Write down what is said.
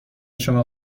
شما